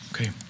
Okay